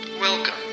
Welcome